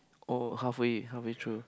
oh halfway halfway through